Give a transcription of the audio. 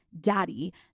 daddy